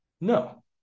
No